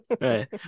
Right